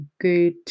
good